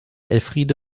elfriede